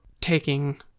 taking